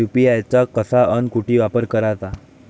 UPI चा कसा अन कुटी वापर कराचा?